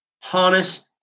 harness